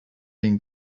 been